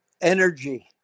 energy